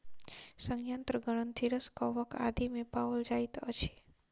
सयंत्र ग्रंथिरस कवक आदि मे पाओल जाइत अछि